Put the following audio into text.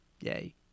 Yay